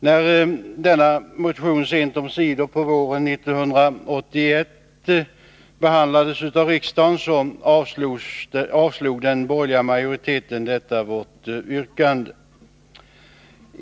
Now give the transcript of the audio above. När denna motion sent omsider på våren 1981 behandlades av riksdagen avslog den borgerliga majoriteten detta vårt yrkande.